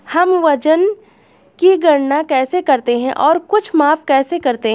हम वजन की गणना कैसे करते हैं और कुछ माप कैसे करते हैं?